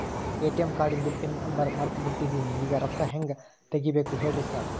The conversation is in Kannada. ಎ.ಟಿ.ಎಂ ಕಾರ್ಡಿಂದು ಪಿನ್ ನಂಬರ್ ಮರ್ತ್ ಬಿಟ್ಟಿದೇನಿ ಈಗ ರೊಕ್ಕಾ ಹೆಂಗ್ ತೆಗೆಬೇಕು ಹೇಳ್ರಿ ಸಾರ್